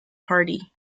party